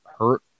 hurt